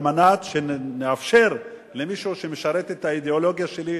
על מנת שנאפשר למישהו שמשרת את האידיאולוגיה שלי,